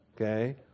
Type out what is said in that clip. Okay